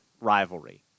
rivalry